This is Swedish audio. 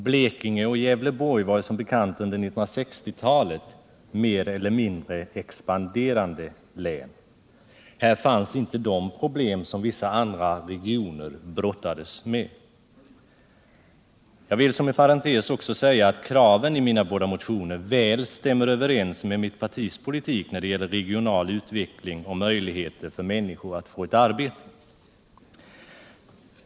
Blekinge och Gävleborg var som bekant under 1960-talet mer eller mindre expanderande län. Här fanns inte de problem som vissa andra regioner brottades med. Jag vill som en parentes också säga att kraven i mina båda motioner väl stämmer överens med mitt partis politik när det gäller regional utveckling och möjligheter för människor att få ett arbete.